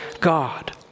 God